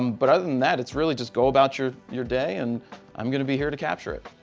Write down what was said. um but other than that it's really just go about your your day and i'm going to be here to capture it.